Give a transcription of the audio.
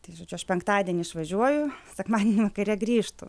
tai žodžiu aš penktadienį išvažiuoju sekmadienį vakare grįžtu